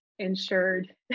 insured